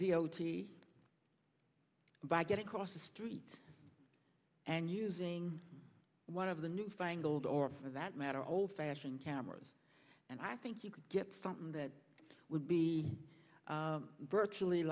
the o t by getting across the street and using one of the newfangled or for that matter old fashioned cameras and i think you could get something that would be virtually